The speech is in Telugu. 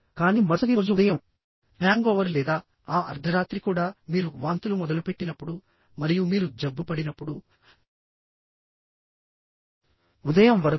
కానీ మరుసటి రోజు ఉదయం హ్యాంగోవర్ లేదా ఆ అర్థరాత్రి కూడా మీరు వాంతులు మొదలుపెట్టినప్పుడుమరియు మీరు జబ్బుపడినప్పుడుఉదయం వరకు